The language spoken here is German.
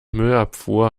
müllabfuhr